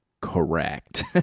correct